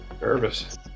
Nervous